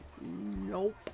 Nope